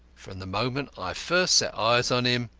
from the moment i first set eyes on him,